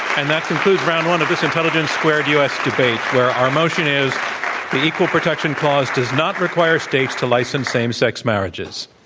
and that concludes round one of this intelligence squared u. s. debate where our motion is the equal protection clause does not require states to license same s ex marriages.